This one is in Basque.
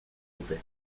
dute